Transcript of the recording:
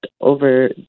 over